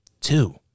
two